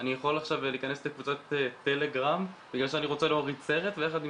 אני יכול עכשיו להיכנס לקבוצת טלגרם בגלל שאני רוצה להוריד סרט ויחד עם